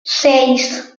seis